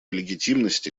легитимности